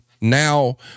now